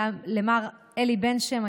למר אלי בן שם,